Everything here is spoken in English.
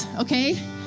okay